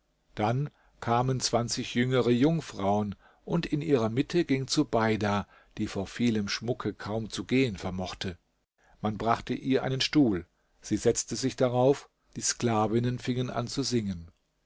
dann kamen jüngere jungfrauen und in ihrer mitte ging zubeida die vor vielem schmucke kaum zu gehen vermochte man brachte ihr einen stuhl sie setzte sich darauf die sklavinnen fingen an zu singen